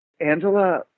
Angela